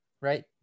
right